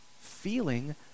Feeling